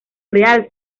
real